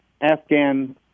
Afghan